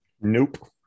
Nope